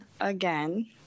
again